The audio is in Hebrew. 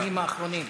בימים האחרונים.